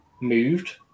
moved